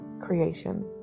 creation